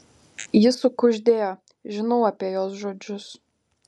ji sukuždėjo žinau apie jos žodžius